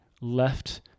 left